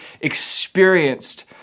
experienced